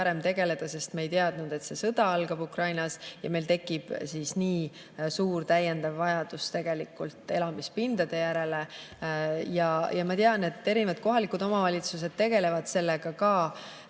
tegeleda, sest me ei teadnud, et see sõda algab Ukrainas ja meil tekib nii suur täiendav vajadus elamispindade järele. Ja ma tean, et erinevad kohalikud omavalitsused tegelevad sellega ka,